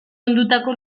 ondutako